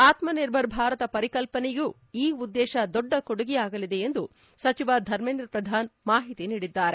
ಆತ್ಮನಿರ್ಭರ ಭಾರತ ಪರಿಕಲ್ಪನೆಗೂ ಈ ಉದ್ದೇಶ ದೊಡ್ಡ ಕೊಡುಗೆಯಾಗಲಿದೆ ಎಂದು ಸಚಿವ ಧರ್ಮೇಂದ್ರ ಪ್ರಧಾನ್ ಮಾಹಿತಿ ನೀಡಿದ್ದಾರೆ